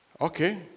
Okay